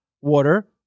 water